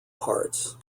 parts